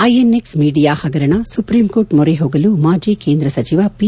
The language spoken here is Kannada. ಐಎನ್ಎಕ್ಷ್ ಮೀಡಿಯಾ ಹಗರಣ ಸುಪ್ರೀಂಕೋರ್ಟ್ ಮೊರೆ ಹೋಗಲು ಮಾಜಿ ಕೇಂದ್ರ ಸಚಿವ ಪಿ